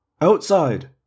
Outside